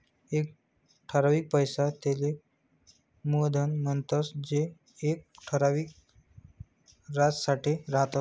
एक ठरावीक पैसा तेले मुयधन म्हणतंस ते येक ठराविक याजसाठे राहस